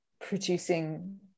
producing